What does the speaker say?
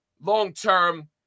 long-term